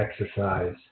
exercise